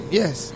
yes